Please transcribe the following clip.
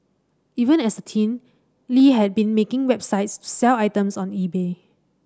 even as a teen Lie had been making websites to sell items on eBay